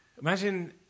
Imagine